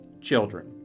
children